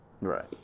Right